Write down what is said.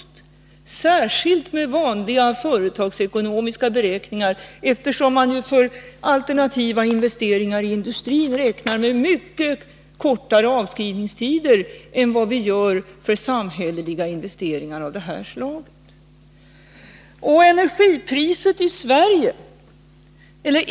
Det gäller särskilt vid vanliga företagsekonomiska beräkningar, eftersom man för alternativa investeringar i industrin räknar med mycket kortare avskrivningstider än vad man gör för samhälleliga investeringar av det här slaget.